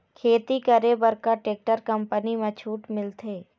खेती करे बर का टेक्टर कंपनी म छूट मिलथे?